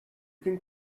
can